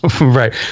Right